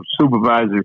supervisor